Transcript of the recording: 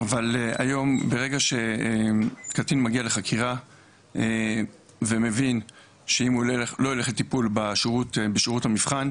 היום ברגע שקטין מגיע לחקירה ומבין שאם הוא לא ילך לטיפול בשירות המבחן,